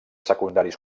secundaris